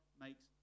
makes